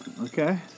Okay